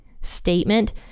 statement